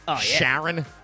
Sharon